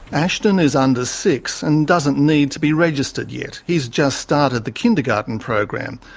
ashton is under six and doesn't need to be registered yet. he's just started the kindergarten program,